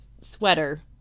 sweater